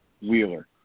Wheeler